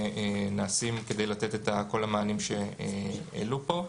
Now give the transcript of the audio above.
נעשים כדי לתת את כל המענים שהועלו פה.